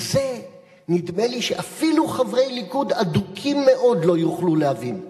את זה נדמה לי שאפילו חברי ליכוד אדוקים מאוד לא יוכלו להבין.